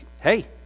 hey